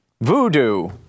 Voodoo